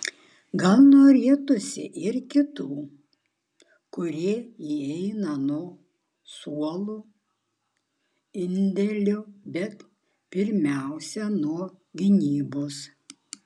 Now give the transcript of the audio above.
gal norėtųsi ir kitų kurie įeina nuo suolo indėlio bet pirmiausia nuo gynybos